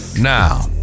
Now